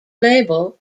label